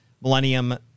Millennium